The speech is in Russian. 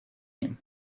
ним